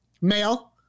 male